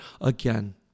again